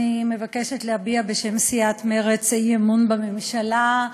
אני מבקשת להביע בשם סיעת מרצ אי-אמון בממשלה.